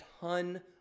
ton